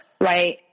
right